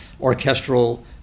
orchestral